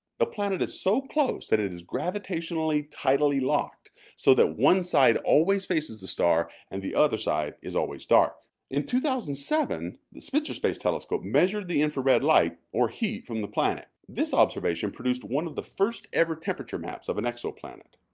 the planet is so close that it is gravitationally tidally locked so that one side always faces the star and the other side is always dark. in two thousand and seven the spitzer space telescope measured the infrared light, or heat, from the planet. this observation produced one of the first-ever temperature maps of an exoplanet.